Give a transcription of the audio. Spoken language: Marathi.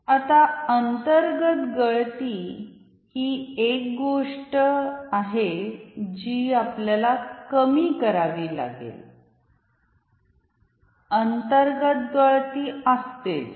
आता अंतर्गत गळती ही एक गोष्ट आहे जी आपल्याला कमी करावी लागेल अंतर्गत गळती असतेच